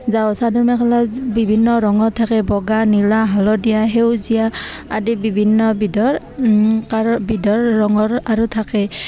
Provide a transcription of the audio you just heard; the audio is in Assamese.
যাওঁ চাদৰ মেখেলা বিভিন্ন ৰঙৰ থাকে বগা নীলা হালধীয়া সেউজীয়া আদি বিভিন্ন বিধৰ কাৰ বিধৰ ৰঙৰ আৰু থাকে